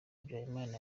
habyarimana